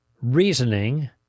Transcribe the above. reasoning